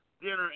dinner